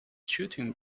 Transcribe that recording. shooting